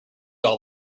all